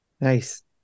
Nice